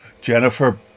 Jennifer